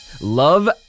love